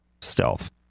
Stealth